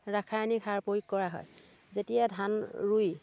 ৰাসায়নিক সাৰ প্ৰয়োগ কৰা হয় যেতিয়া ধান ৰুই